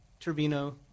turbino